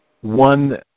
one